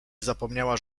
zapomniała